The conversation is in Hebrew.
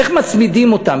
איך מצמידים אותם,